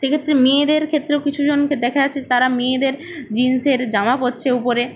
সেক্ষেত্রে মেয়েদের ক্ষেত্রেও কিছুজনকে দেখা যাচ্ছে তারা মেয়েদের জিন্সের জামা পরছে উপরে